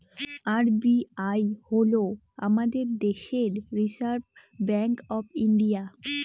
RBI হল আমাদের দেশের রিসার্ভ ব্যাঙ্ক অফ ইন্ডিয়া